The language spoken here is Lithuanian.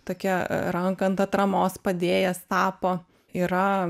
tokia ranka ant atramos padėjęs tapo yra